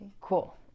Cool